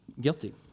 Guilty